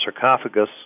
sarcophagus